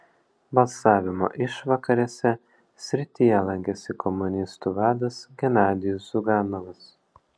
balsavimo išvakarėse srityje lankėsi komunistų vadas genadijus ziuganovas